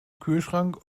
kühlschrank